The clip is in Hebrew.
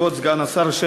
כבוד סגן השר,